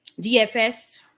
DFS